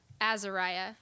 Azariah